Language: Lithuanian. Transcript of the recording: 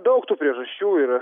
daug tų priežasčių yra